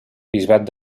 bisbat